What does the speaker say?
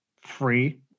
free